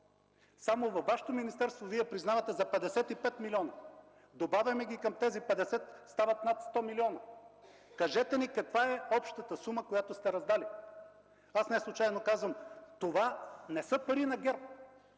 Само във Вашето министерство Вие признавате за 55 милиона. Като ги прибавим към тези 50, стават над 100 млн. лв. Кажете ми каква е общата сума, която сте раздали. Неслучайно казвам: това не са пари на ГЕРБ,